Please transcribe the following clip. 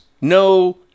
no